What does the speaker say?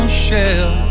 shell